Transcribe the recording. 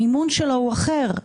המימון שלו הוא אחר.